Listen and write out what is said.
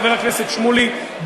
חבר הכנסת שמולי,